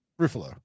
Ruffalo